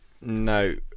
No